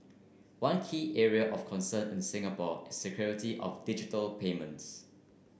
one key area of concern in Singapore is security of digital payments